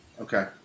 Okay